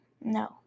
No